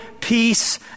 peace